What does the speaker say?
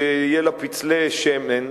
שיהיו לה פצלי שמן,